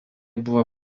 buvo